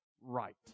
right